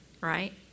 Right